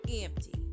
empty